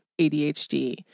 ADHD